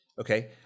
Okay